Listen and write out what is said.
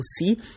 see